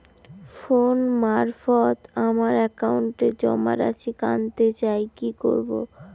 Phone মারফত আমার একাউন্টে জমা রাশি কান্তে চাই কি করবো?